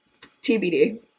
TBD